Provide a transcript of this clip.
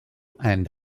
and